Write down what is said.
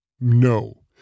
No